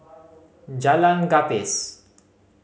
Jalan Gapis